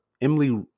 Emily